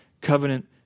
covenant